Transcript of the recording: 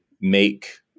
make